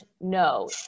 no